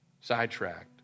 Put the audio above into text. sidetracked